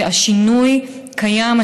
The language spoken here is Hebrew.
והשינוי קיים,